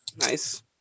Nice